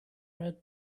red